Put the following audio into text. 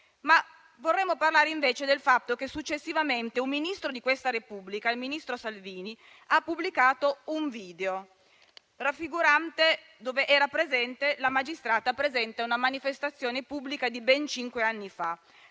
Vorremmo invece parlare del fatto che successivamente un Ministro di questa Repubblica, il ministro Salvini, ha pubblicato un video dove era inquadrata una magistrata presente a una manifestazione pubblica di ben cinque anni fa.